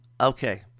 Okay